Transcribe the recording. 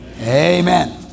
amen